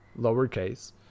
lowercase